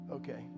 Okay